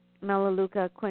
Melaleuca